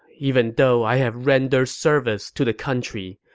even though i have rendered service to the country,